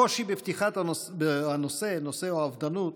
הקושי בפתיחת הנושא, נושא האובדנות,